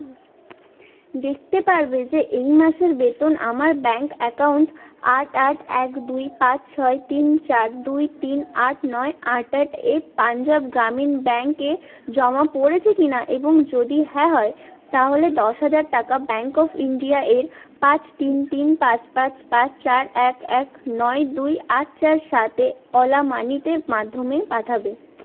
দেখতে পারবে যে এই মাসের বেতন আমার ব্যাংক অ্যাকাউন্ট আট আট এক দুই পাঁচ ছয় তিন চার দুই তিন আট নয় আট আটে পাঞ্জাব গ্রামীণ ব্যাংকে জমা পড়েছে কিনা এবং যদি হ্যাঁ হয় তাহলে দশ হাজার টাকা ব্যাংক অফ ইন্ডিয়া এর পাঁচ তিন তিন পাঁচ পাঁচ পাঁচ চার এক এক নয় দুই আট চার সাতে ওলা মানিতে মাধ্যমে পাঠাবে